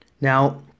Now